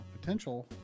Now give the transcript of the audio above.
potential